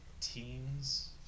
teens